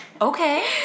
Okay